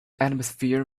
atmosphere